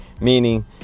meaning